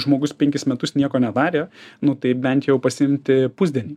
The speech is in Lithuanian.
žmogus penkis metus nieko nedarė nu tai bent jau pasiimti pusdienį